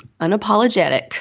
Unapologetic